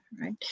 right